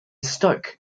stoke